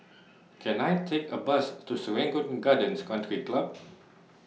Can I Take A Bus to Serangoon Gardens Country Club